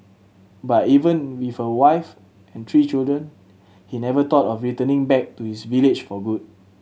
but even with a wife and three children he never thought of returning back to his village for good